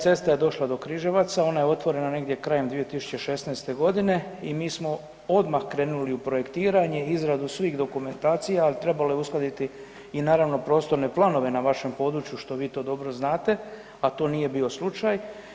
Cesta je došla do Križevaca, ona je otvorena negdje krajem 2016. g. i mi smo odmah krenuli u projektiranje i izradu svih dokumentacija, trebalo je uskladiti i naravno i prostorne planove na vašem području, što vi to dobro znate, a to nije bio slučaj.